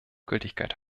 gültigkeit